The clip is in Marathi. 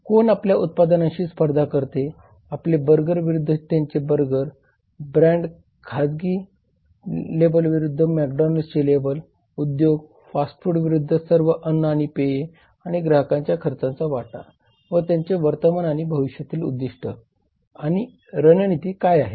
कोण आपल्या उत्पादनांशी स्पर्धा करते आपले बर्गर विरुद्ध त्यांचे बर्गर ब्रँड खाजगी लेबल विरुद्ध मॅकडोनाल्ड्स चे लेबल उद्योग फास्ट फूड विरुद्ध सर्व अन्न आणि पेये आणि ग्राहकांच्या खर्चाचा वाटा व त्यांचे वर्तमान आणि भविष्यातील उद्दीष्ट आणि रणनीती काय आहेत